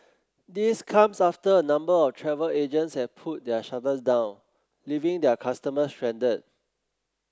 this comes after a number of travel agents have pulled their shutters down leaving their customers stranded